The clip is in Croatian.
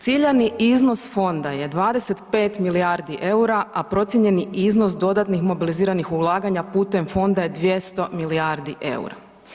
Ciljani iznos fonda je 25 milijardi EUR-a, a procijenjeni iznos dodatnih mobiliziranih ulaganja putem fonda je 200 milijardi EUR-a.